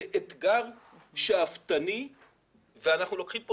זה אתגר שאפתני ואנחנו לוקחים כאן